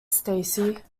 stacy